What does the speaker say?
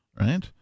right